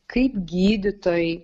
kaip gydytojai